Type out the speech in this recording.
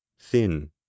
thin